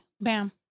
Bam